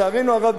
לצערנו הרב,